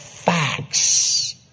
Facts